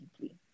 deeply